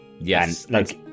yes